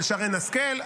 של שרן השכל,